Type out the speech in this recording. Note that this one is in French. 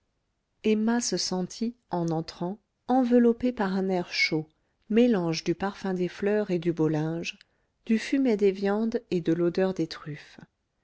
emma se sentit en entrant enveloppée par un air chaud mélange du parfum des fleurs et du beau linge du fumet des viandes et de l'odeur des truffes